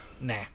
nah